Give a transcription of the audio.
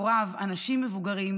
אנשים מבוגרים,